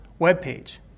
webpage